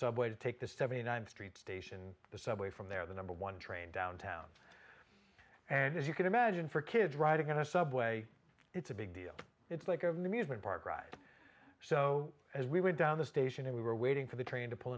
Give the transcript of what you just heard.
subway to take the seventy ninth street station the subway from there the number one train downtown and as you can imagine for kids riding on a subway it's a big deal it's like of an amusement park ride so as we were down the station and we were waiting for the train to pull